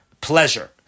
pleasure